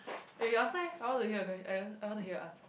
eh you answer eh I want to hear your quest~ eh I want to hear your answer